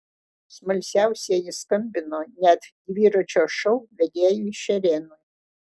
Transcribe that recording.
smalsiausieji skambino net dviračio šou vedėjui šerėnui